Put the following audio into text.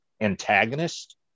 antagonist